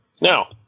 Now